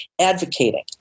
advocating